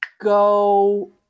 go